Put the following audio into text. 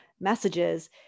messages